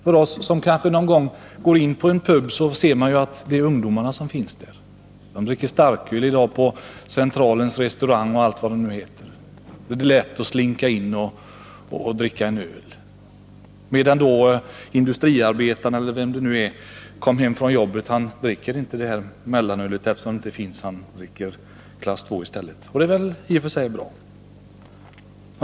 Vi som kanske någon gång går in på en pub ser att det är ungdomarna som finns där. De dricker i dag starköl på Centralens restaurang och allt vad det nu heter. Det är lätt att slinka in och dricka en öl. Industriarbetaren däremot kan inte dricka mellanöl när han kommer hem från jobbet, utan han dricker i stället klass II. Det är väl i och för sig bra.